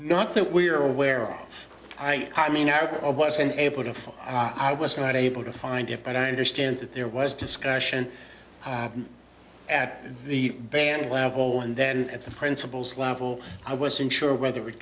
not that we're aware of i mean eric i wasn't able to i was not able to find it but i understand that there was discussion at the band level and then at the principals level i wasn't sure whether it